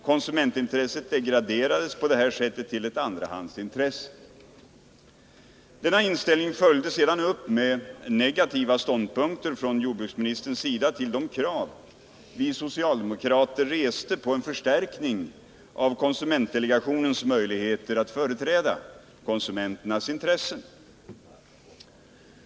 Konsumentintresset degraderades på det här sättet till ett andrahandsintresse. Denna inställning följdes sedan upp med negativa ståndpunkter från jordbruksministern till de krav vi socialdemokrater reste på en förstärkning av konsumentdelegationens möjligheter att företräda konsumenternas intressen.